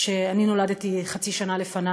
שאני נולדתי חצי שנה לפניו,